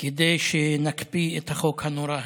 כדי שנקפיא את החוק הנורא הזה.